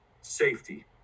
safety